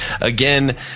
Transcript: again